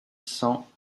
cents